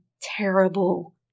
terrible